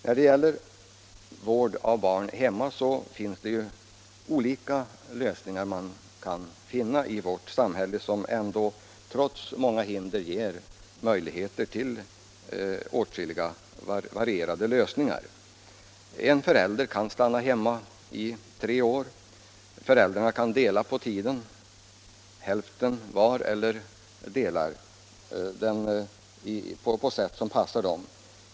När det gäller vård av barn hemma kan man i vårt samhälle, trots många hinder, finna åtskilliga möjligheter till varierade lösningar. En förälder kan stanna hemma i tre år, föräldrarna kan också dela på tiden med hälften var eller på annat sätt som passar dem.